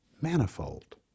Manifold